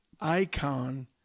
icon